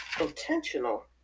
Intentional